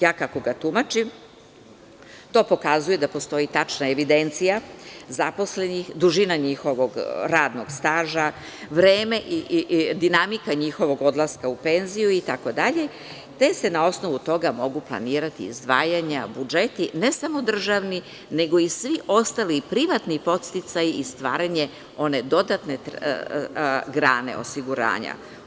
Ja, kako ga tumačim, to pokazuje da postoji tačna evidencija zaposlenih, dužina njihovog radnog staža, vreme i dinamika njihovog odlaska u penziju itd, te se na osnovu toga mogu planirati izdvajanja, budžeti, ne samo državni, nego i svi ostali, i privatni podsticaji i stvaranje one dodatne grane osiguranja.